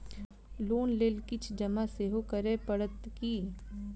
Loan लेल किछ जमा सेहो करै पड़त की?